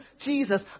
Jesus